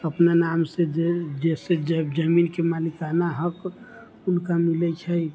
अपना नाम से जे जैसे जब जमीन के मालिकाना हक हुनका मिलै छै